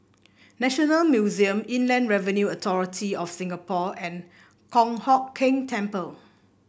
National Museum Inland Revenue Authority of Singapore and Kong Hock Keng Temple